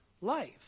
life